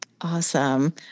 Awesome